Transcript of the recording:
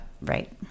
Right